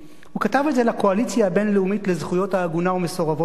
הוא כתב את זה ל"קואליציה הבין-לאומית לזכויות העגונה ומסורבת הגט":